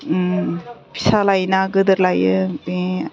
फिसा लायोना गिदिर लायो बे